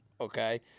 okay